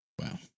Wow